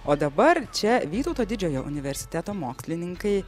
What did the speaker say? o dabar čia vytauto didžiojo universiteto mokslininkai